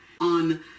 on